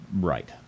right